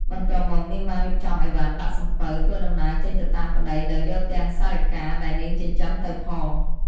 បន្ទាប់មកនាងបានរៀបចំអីវ៉ាន់ដាក់សំពៅ ធ្វើដំណើរចេញទៅតាមប្ដី ដោយយកទាំងសារិកាដែលនាងចិញ្ចឹម ទៅផង ។